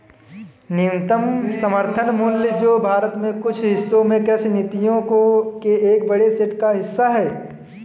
न्यूनतम समर्थन मूल्य जो भारत के कुछ हिस्सों में कृषि नीतियों के एक बड़े सेट का हिस्सा है